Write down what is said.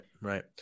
right